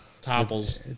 topples